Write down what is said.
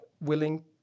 willing